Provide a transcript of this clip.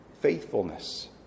faithfulness